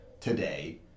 today